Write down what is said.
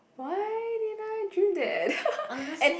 why did I dream that and